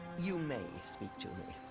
you may speak to me.